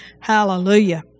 Hallelujah